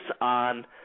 on